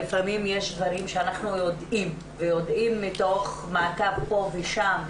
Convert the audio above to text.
לפעמים יש דברים שאנחנו יודעים מתוך מעקב פה ושם.